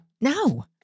No